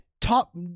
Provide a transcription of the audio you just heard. Top